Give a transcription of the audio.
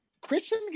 Christian